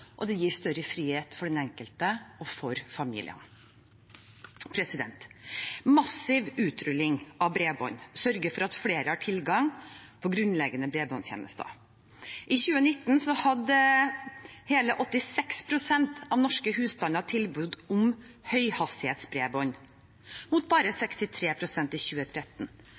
og det gir større frihet for den enkelte og for familiene. Massiv utrulling av bredbånd sørger for at flere har tilgang på grunnleggende bredbåndstjenester. I 2019 hadde hele 86 pst. av norske husstander tilbud om høyhastighetsbredbånd, mot bare 63 pst. i 2013.